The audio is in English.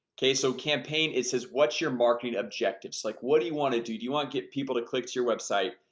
okay, so campaign. it says what's your marketing objectives? like what do you want to do? do you want to get people to click to your website?